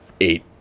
eight